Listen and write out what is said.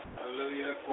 Hallelujah